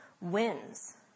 wins